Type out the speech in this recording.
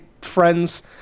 friends